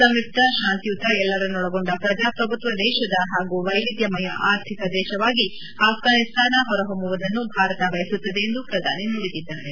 ಸಂಯುಕ್ತ ಶಾಂತಿಯುತ ಎಲ್ಲರನ್ನೊಳಗೊಂಡ ಪ್ರಜಾಪ್ರಭುತ್ತ ದೇಶದ ಹಾಗೂ ವೈವಿಧ್ಯಮಯ ಆರ್ಥಿಕ ದೇಶವಾಗಿ ಅಪ್ಪಾನಿಸ್ತಾನ ಹೊರ ಹೊಮ್ಮುವುದನ್ನು ಭಾರತ ಬಯಸುತ್ತದೆ ಎಂದು ಪ್ರಧಾನಿ ನುಡಿದಿದ್ದಾರೆ